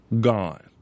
gone